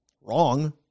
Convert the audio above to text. wrong